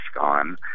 on